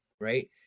Right